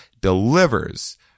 delivers